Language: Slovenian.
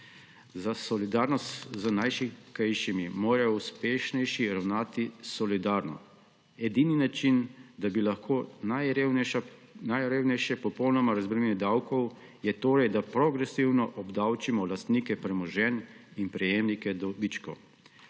Za solidarnost z najšibkejšimi morajo uspešnejši ravnati solidarno. Edini način, da bi lahko najrevnejše popolnoma razbremenili davkov, je torej, da progresivno obdavčimo lastnike premoženj in prejemnike dobičkov.